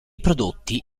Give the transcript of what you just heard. prodotti